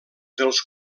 dels